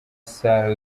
sarah